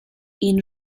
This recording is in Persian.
این